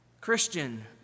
Christian